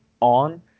on